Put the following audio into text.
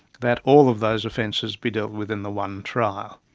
that all of those offences be dealt with in the one trial.